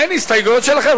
אין הסתייגויות שלכם.